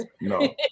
No